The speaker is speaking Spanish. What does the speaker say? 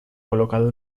colocado